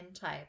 type